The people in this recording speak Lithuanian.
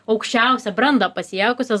aukščiausią brandą pasiekusios